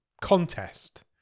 contest